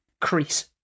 Crease